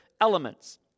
elements